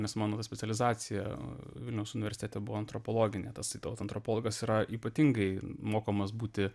nes mano specializacija vilniaus universitete buvo antropologinė tas antropologas yra ypatingai mokomas būti